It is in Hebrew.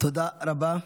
תודה רבה.